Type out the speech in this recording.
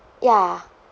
ya